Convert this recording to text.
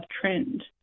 trend